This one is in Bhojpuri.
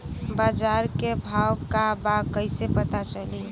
बाजार के भाव का बा कईसे पता चली?